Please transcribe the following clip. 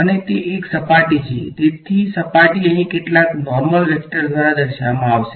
અને તે એક સપાટી છે તેથી સપાટી અહીં કેટલાક નોર્મલ વેક્ટર દ્વારા દર્શાવવામાં આવશે